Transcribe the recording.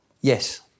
Yes